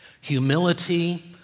Humility